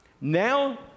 Now